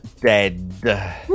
dead